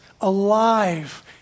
alive